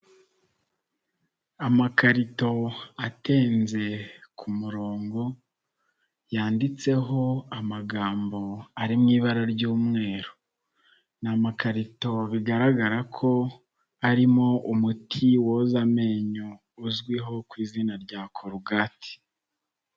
Amakarito atenze ku murongo, yanditseho amagambo ari mu ibara ry'umweru, ni amakarito bigaragara ko harimo umuti woza amenyo, uzwiho ku izina rya Korugati.